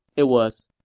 it was,